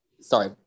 Sorry